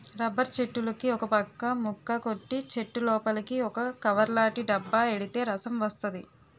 rubber చెట్టులుకి ఒకపక్క ముక్క కొట్టి చెట్టులోపలికి ఒక కవర్లాటి డబ్బా ఎడితే రసం వస్తది